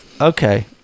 Okay